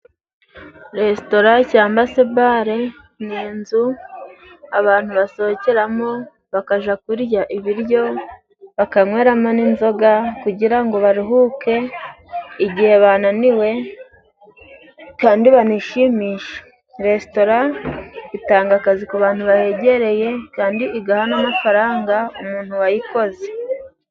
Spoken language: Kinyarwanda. Resitora cyamba se bare, ni inzu abantu basohokeramo bakaja kurya ibiryo, bakanyweramo n'inzoga, kugira ngo baruhuke igihe bananiwe kandi banishimisha. Resitora itanga akazi ku bantu bahegereye, kandi igaha n' amafaranga umuntu wayikoze.